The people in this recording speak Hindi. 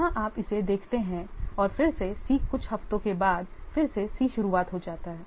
यहां आप इसे देखते हैं और फिर से C कुछ हफ्तों के बाद फिर से C शुरू हो जाता है